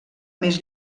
més